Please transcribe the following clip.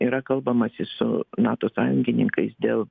yra kalbamasi su nato sąjungininkais dėl